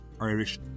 Irish